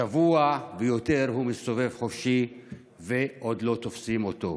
שבוע ויותר הוא מסתובב חופשי ועוד לא תפסו אותו.